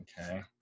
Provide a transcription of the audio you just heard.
okay